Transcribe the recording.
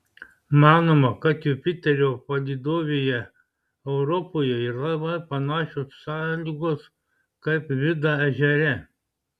manoma kad jupiterio palydovėje europoje yra labai panašios sąlygos kaip vida ežere